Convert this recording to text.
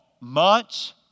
months